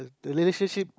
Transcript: the relationship